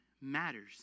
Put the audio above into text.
matters